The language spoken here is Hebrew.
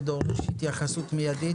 ודורש התייחסות מיידית.